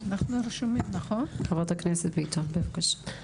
חברת הכנסת ביטון בבקשה.